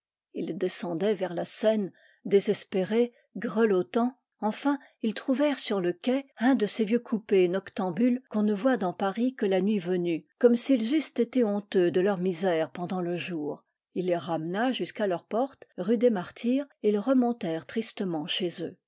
ils descendaient vers la seine désespérés grelottants enfin ils trouvèrent sur le quai un de ces vieux coupés noctambules qu'on ne voit dans paris que la nuit venue comme s'ils eussent été honteux de leur misère pendant le jour ii les ramena jusqu'à leur porte rue des martyrs et ils remontèrent tristement chez eux